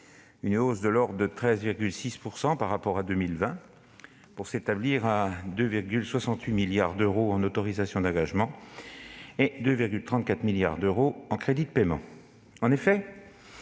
une hausse de 13,6 % par rapport à 2020, pour s'établir à 2,68 milliards d'euros en autorisations d'engagement et à 2,34 milliards d'euros en crédits de paiement.